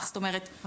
זאת אומרת:,